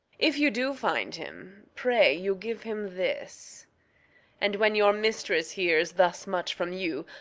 if you do find him, pray you give him this and when your mistress hears thus much from you,